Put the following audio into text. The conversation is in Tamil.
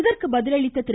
அதற்கு பதிலளித்த திரு